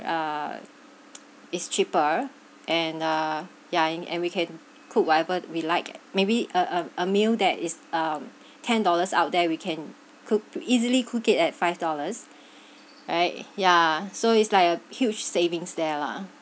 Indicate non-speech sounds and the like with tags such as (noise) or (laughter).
uh (noise) it's cheaper and uh yeah and and we can cook whatever we like maybe a a a meal that is um ten dollars out there we can cook to easily cook it at five dollars alright yeah so it's like a huge savings there lah